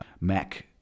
Mac